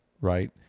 right